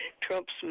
Trump's